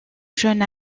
jeune